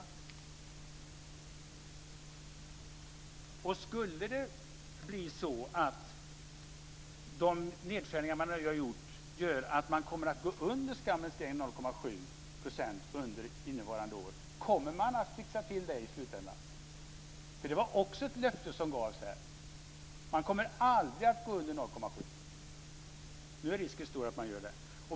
Om de nedskärningar som har gjorts resulterar i att man kommer under skammens gräns 0,7 % under innevarande år, kommer de att fixas i slutändan? Det var också ett löfte som gavs här, nämligen att aldrig gå under 0,7. Nu är risken stor att man gör det.